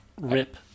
Rip